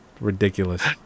Ridiculous